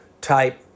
type